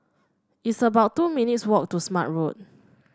it's about two minutes' walk to Smart Road